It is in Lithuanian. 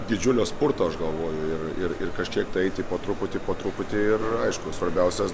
didžiulio spurto aš galvoju ir ir ir kažkiek tai eiti po truputį po truputį ir aišku svarbiausias